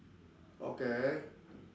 okay